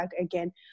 again